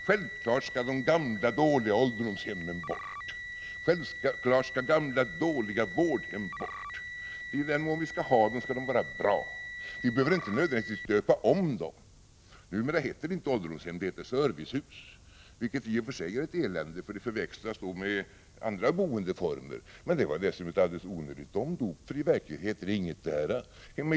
Självfallet skall de gamla dåliga ålderdomshemmen bort, självfallet skall gamla dåliga vårdhem bort. I den mån vi skall ha dessa institutioner skall de vara bra. Vi behöver inte nödvändigtvis döpa om dem. Numera heter det inte ålderdomshem, det heter servicehus, vilket i och för sig är ett elände, för det blir förväxlingar med andra boendeformer. Det var ett alldeles onödigt omdop, för i verkligheten är det inte fråga om någotdera.